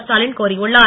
ஸ்டாலின் கோரியுள்ளார்